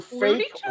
fake